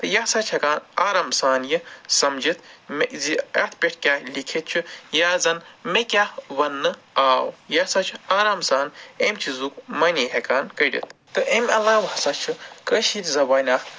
تہٕ یہِ ہسا چھُ ہٮ۪کان آرام سان یہِ سَمجِتھ مےٚ زِ اَتھ پٮ۪ٹھ کیاہ لٮ۪کھِتھ چھُ یا زَن مےٚ کیاہ وَننہٕ آو یہِ ہسا چھُ آرام سان اَمہِ چیٖزُک معنی ہٮ۪کان کٔڑِتھ تہٕ اَمہِ علاوٕ ہسا چھُ کٲشِر زَبانہِ اکھ